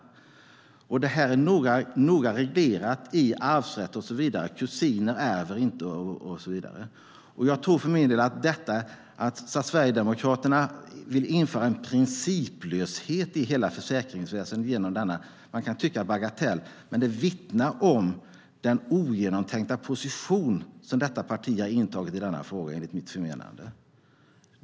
Detta är noga reglerat i arvsrätt, att kusiner inte ärver och så vidare. Att Sverigedemokraterna vill införa en principlöshet i hela försäkringsväsendet kan man tycka är en bagatell, men det vittnar om den ogenomtänkta position som detta parti har intagit i denna fråga, enligt mitt förmenande.